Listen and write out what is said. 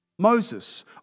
Moses